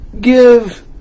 give